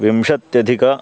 विंशत्यधिक